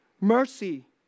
mercy